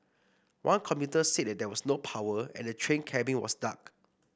one commuter said there was no power and the train cabin was dark